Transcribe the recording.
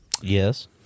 yes